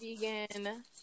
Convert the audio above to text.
vegan